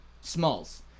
Smalls